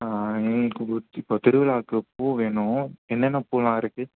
எனக்கு இப்போ திருவிழாக்கு பூ வேணும் என்னென்ன பூவெலாம் இருக்குது